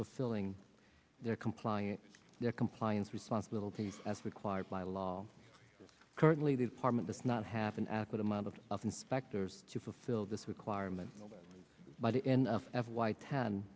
fulfilling their compliance their compliance responsibilities as required by law currently department does not have an adequate amount of of inspectors to fulfill this requirement by the end of f y ten